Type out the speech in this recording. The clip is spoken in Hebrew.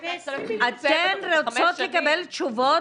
אני כן רוצה לקבל תשובות.